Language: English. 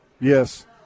Yes